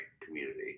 community